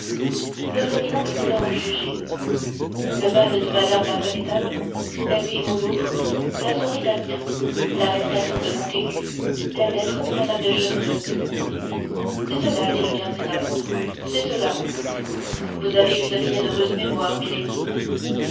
votre éminence va en juger le bal de mme la connétable la nuit du louvre la soirée d'amiens l'arrestation de montaigu la lettre de mme de chevreuse c'est cela dit le cardinal c'est cela vous avez une bien heureuse mémoire